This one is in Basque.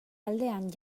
aldean